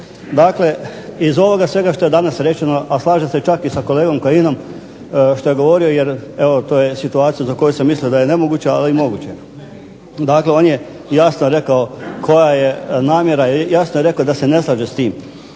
Dakle, iz svega ovoga što je danas izrečeno a slažem se čak sa kolegom Kajinom što je govorio, to je situacija za koju sam mislio da je nemoguća, ali je moguće. On je jasno rekao da se ne slaže s tim.